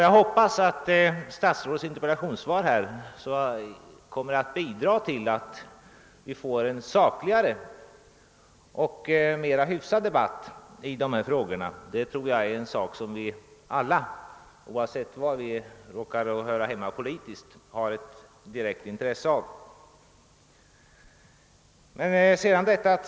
Jag hoppas därför att statsrådets interpellationssvar kommer att bidra till att vi får en sakligare och mer hyfsad debatt i dessa frågor. Det tror jag är någonting som vi alla, oavsett var vi politiskt hör hemma, har ett direkt intresse av.